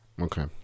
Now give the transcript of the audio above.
Okay